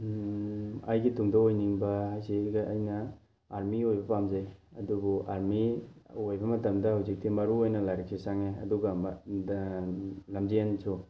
ꯑꯩꯒꯤ ꯇꯨꯡꯗ ꯑꯣꯏꯅꯤꯡꯕ ꯍꯥꯏꯁꯤꯗ ꯑꯩꯅ ꯑꯥꯔꯃꯤ ꯑꯣꯏꯕ ꯄꯥꯝꯖꯩ ꯑꯗꯨꯕꯨ ꯑꯥꯔꯃꯤ ꯑꯣꯏꯕ ꯃꯇꯝꯗ ꯍꯧꯖꯤꯛꯇꯤ ꯃꯔꯨꯑꯣꯏꯅ ꯂꯥꯏꯔꯤꯛꯁꯤ ꯆꯪꯉꯦ ꯑꯗꯨꯒ ꯂꯝꯖꯦꯟꯁꯨꯨ